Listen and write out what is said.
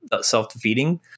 self-defeating